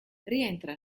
rientra